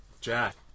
Jack